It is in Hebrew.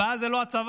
הבעיה היא לא הצבא.